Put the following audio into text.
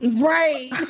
Right